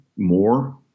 more